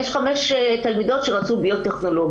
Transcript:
יש בו חמש תלמידות שרצו ביו-טכנולוגיה.